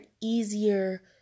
easier